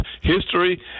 history